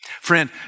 friend